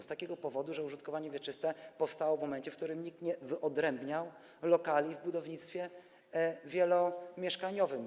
Z takiego powodu, że użytkowanie wieczyste powstało w momencie, w którym nikt nie wyodrębniał lokali w budownictwie wielomieszkaniowym.